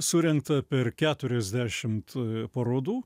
surengta per keturiasdešimt parodų